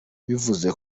bivuze